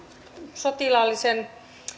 sotilaallisen